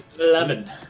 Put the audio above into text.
Eleven